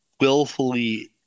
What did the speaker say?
willfully